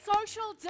Social